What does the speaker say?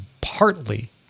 partly